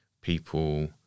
people